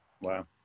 Wow